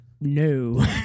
no